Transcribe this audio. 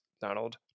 Donald